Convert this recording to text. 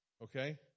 Okay